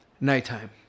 nighttime